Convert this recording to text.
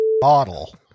bottle